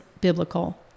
biblical